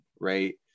Right